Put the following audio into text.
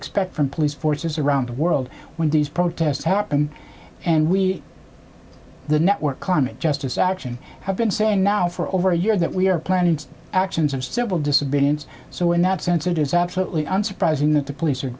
expect from police forces around the world when these protests happen and we the network climate justice action have been saying now for over a year that we are planning actions of civil disobedience so in that sense it is absolutely unsurprising that the police